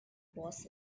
boss